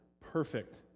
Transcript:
perfect